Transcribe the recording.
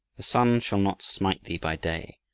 the sun shall not smite thee by day,